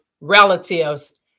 relatives